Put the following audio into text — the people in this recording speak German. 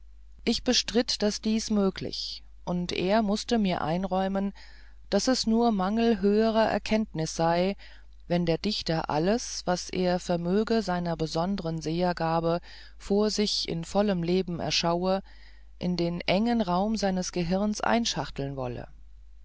ich bestritt daß dies möglich und er mußte mir einräumen daß es nur mangel höherer erkenntnis sei wenn der dichter alles was er vermöge seiner besonderen sehergabe vor sich in vollem leben erschaue in den engen raum seines gehirns einschachteln wolle